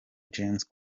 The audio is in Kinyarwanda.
james